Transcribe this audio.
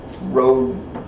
road